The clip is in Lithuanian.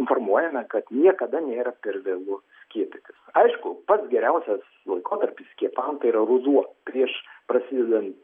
informuojame kad niekada nėra per vėlu skiepytis aišku pats geriausias laikotarpis skiepam tai yra ruduo prieš prasidedant